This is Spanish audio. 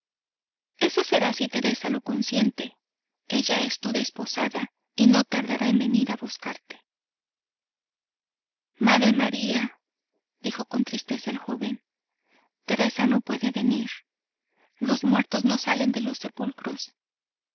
eso será si teresa lo consiente ella es tu desposada y no tardará en venir a buscarte madre maría dijo con tristeza el joven teresa no puede venir los muertos no salen de los sepulcros